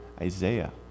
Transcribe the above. Isaiah